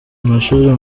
amashuri